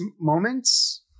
moments